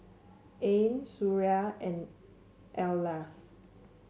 Ain Suria and Elyas